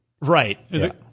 Right